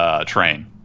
train